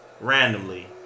randomly